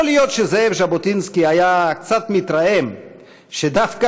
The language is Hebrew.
יכול להיות שזאב ז'בוטינסקי היה קצת מתרעם שדווקא